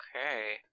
Okay